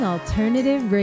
Alternative